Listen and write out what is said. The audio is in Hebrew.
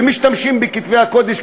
ומשתמשים בכתבי הקודש,